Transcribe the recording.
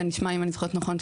אם אני זוכרת נכון,